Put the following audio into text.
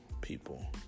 people